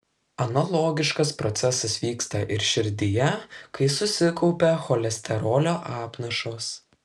analogiškas procesas vyksta ir širdyje kai susikaupia cholesterolio apnašos